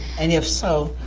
and if so,